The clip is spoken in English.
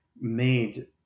made